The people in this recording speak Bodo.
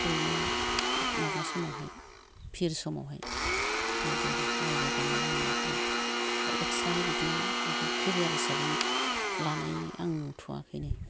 ओरैनो माबा समावहाय भिर समावहाय बिबायदि आरो माइ रोगानाय मानायफोराव ओमफाय इक्सट्रायै इदि बिदि केरियार हिसाबै लानाय आं नुथ'आखैनो